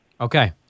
Okay